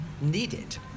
needed